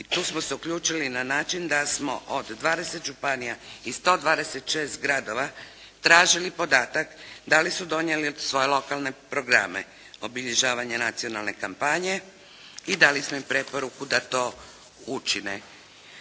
i tu smo se uključili na način da smo od 20 županija i 126 gradova tražili podatak da li su donijeli svoje lokalne programe obilježavanja nacionalne kampanje i dali smo im preporuku da to učine.